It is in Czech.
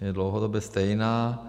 Je dlouhodobě stejná.